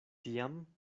tiam